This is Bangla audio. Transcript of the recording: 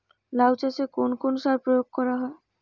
লাউ চাষে কোন কোন সার প্রয়োগ করা হয়?